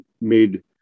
made